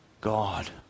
God